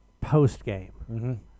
post-game